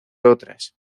otras